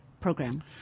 Program